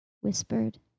whispered